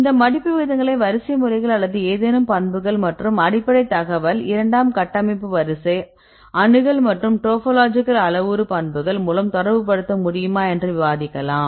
இந்த மடிப்பு விகிதங்களை வரிசைமுறைகள் அல்லது ஏதேனும் பண்புகள் மற்றும் அடிப்படை தகவல் இரண்டாம் கட்டமைப்பு வரிசை அணுகல் மற்றும் டோபோலாஜிக்கல் அளவுரு பண்புகள் மூலம் தொடர்புபடுத்த முடியுமா என்று விவாதிக்கலாம்